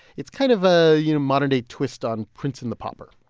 it's kind of a you know, modern-day twist on prince and the pauper.